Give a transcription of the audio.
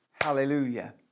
Hallelujah